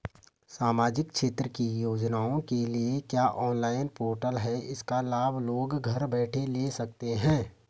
सामाजिक क्षेत्र की योजनाओं के लिए क्या कोई ऑनलाइन पोर्टल है इसका लाभ लोग घर बैठे ले सकते हैं?